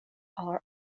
are